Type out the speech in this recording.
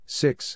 six